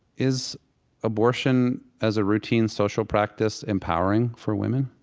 is abortion as a routine social practice empowering for women?